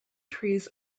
trees